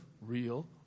real